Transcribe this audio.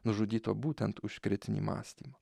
nužudyto būtent už kritinį mąstymą